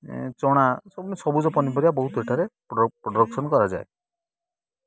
ଚଣା ସବୁ ସବୁଜ ପନିପରିବା ବହୁତ ଏଠାରେ ପ୍ରଡ଼କ୍ସନ୍ କରାଯାଏ